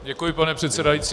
Děkuji, pane předsedající.